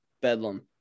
Bedlam